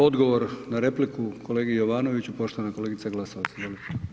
Odgovor na repliku kolegi Jovanoviću, poštovana kolegica Glasovac, izvolite.